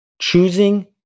choosing